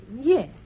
Yes